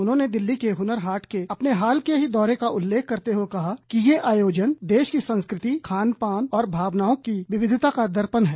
उन्होंने दिल्ली के हनर हाट के अपने हाल के दौरे का उल्लेख करते हुए कहा कि ये आयोजन देश की संस्कृति खान पान और भावनाओं की विविधता का दर्पण है